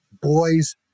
boys